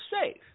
safe